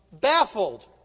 baffled